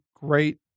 great